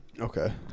okay